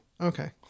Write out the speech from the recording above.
Okay